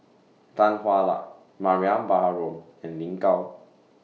Tan Hwa Luck Mariam Baharom and Lin Gao